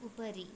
उपरि